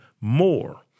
more